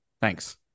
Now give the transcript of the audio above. Thanks